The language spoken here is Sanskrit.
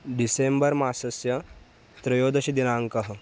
डिसेम्बर् मासस्य त्रयोदशदिनाङ्कः